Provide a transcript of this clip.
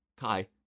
Kai